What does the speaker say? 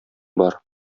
бар